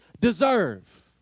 deserve